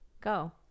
Go